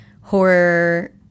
horror